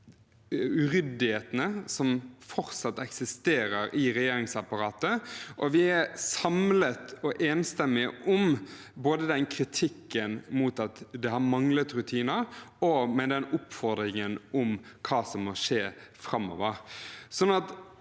uryddighetene som fortsatt eksisterer i regjeringsapparatet, og vi er samlet og enstemmig om både kritikken mot at det har manglet rutiner og oppfordringen om hva som må skje framover.